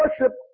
worship